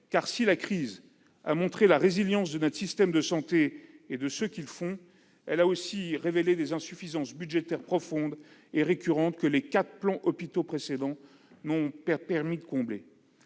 si la crise a montré la résilience de notre système de santé et de ces personnels, elle a aussi révélé des insuffisances budgétaires profondes et récurrentes que les quatre précédents plans Hôpitaux n'ont pas permis de combler.